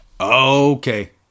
Okay